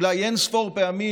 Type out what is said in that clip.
אולי אין-ספור פעמים,